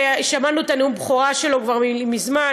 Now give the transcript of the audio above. שמענו את נאום הבכורה שלו כבר מזמן,